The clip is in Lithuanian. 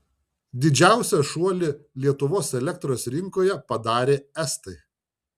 didžiausią šuolį lietuvos elektros rinkoje padarė estai